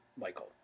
Michael